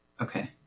Okay